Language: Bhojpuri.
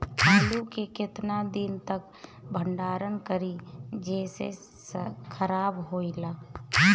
आलू के केतना दिन तक भंडारण करी जेसे खराब होएला?